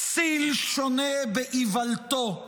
כְּסִיל שׁוֹנֶה בְאִוַּלְתּוֹ".